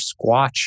Squatch